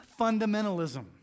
fundamentalism